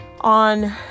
on